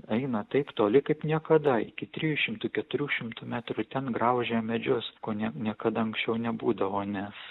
eina taip toli kaip niekada iki trijų šimtų keturių šimtų metrų ten graužia medžius ko ne niekada anksčiau nebūdavo nes